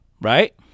Right